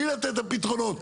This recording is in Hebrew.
בלי לתת את הפתרונות.